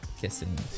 kissing